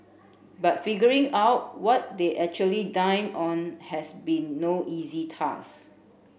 but figuring out what they actually dined on has been no easy task